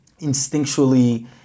instinctually